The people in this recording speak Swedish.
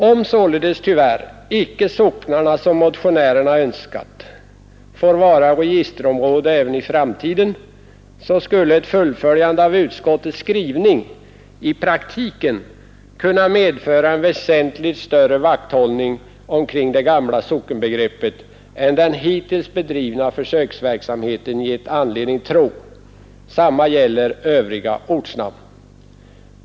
Om således tyvärr icke socknarna, som motionärerna önskat, får vara registerområden även i framtiden, så skulle ett fullföljande av utskottets skrivning i praktiken kunna medföra en väsentligt större vakthållning omkring det gamla sockenbegreppet än den hittills bedrivna försöksverksamheten gett anledning tro. Detsamma gäller ortnamn.